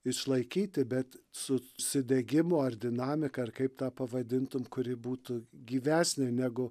išlaikyti bet su užsidegimu ar dinamiką kaip tu pavadintum kuri būtų gyvesnė negu